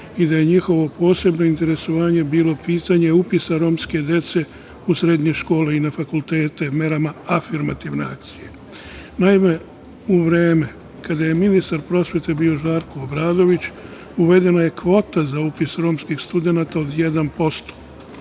i da je njihovo posebno interesovanje bilo pitanje upisa romske dece u srednje škole i na fakultete, afirmativna akcija. Naime, u vreme kada je ministar prosvete bio Žarko Obradović, uvedena je kvota za upis romskih studenata od 1